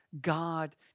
God